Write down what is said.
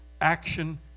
action